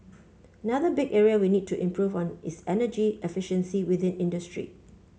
another big area we need to improve on is energy efficiency within industry